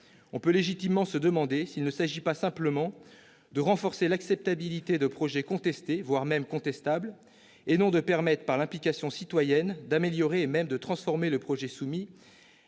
On peut légitimement se demander s'il ne s'agit pas simplement de renforcer l'acceptabilité de projets contestés, voire contestables, et non de permettre, par l'implication citoyenne, d'améliorer et même de transformer le projet soumis